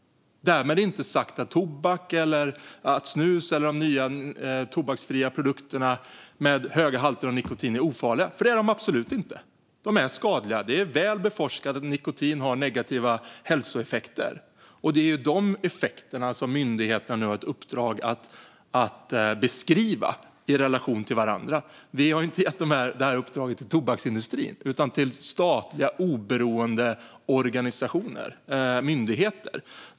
Därmed inte sagt att tobak, snus eller de nya tobaksfria produkterna med höga halter av nikotin är ofarliga, för det är de absolut inte. De är skadliga. Det är väl beforskat att nikotin har negativa hälsoeffekter, och det är dessa effekter som myndigheterna nu har i uppdrag att beskriva i relation till varandra. Vi har ju inte gett det här uppdraget till tobaksindustrin utan till oberoende statliga myndigheter.